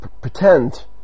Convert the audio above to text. pretend